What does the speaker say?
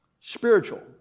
Spiritual